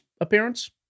appearance